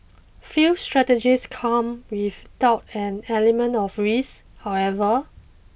few strategies come without an element of risk however